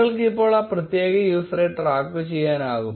നിങ്ങൾക്ക് ഇപ്പോൾ ആ പ്രത്യേക യൂസറെ ട്രാക്കുചെയ്യാനാകും